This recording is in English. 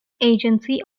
agency